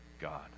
God